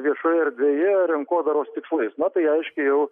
viešoje erdvėje rinkodaros tikslais na tai aiškiai jau